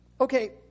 Okay